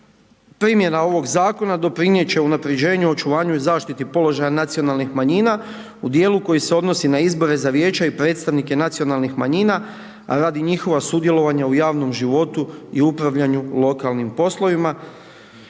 primjena ovog zakona doprinijet će unapređenju, očuvanju i zaštiti položaja nacionalnih manjina u dijelu koji se odnosi na izbore za vijeća i predstavnike nacionalnih manjina radi njihova sudjelovanja u javnom životu i upravljanju lokalnim poslovima,